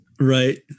Right